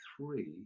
three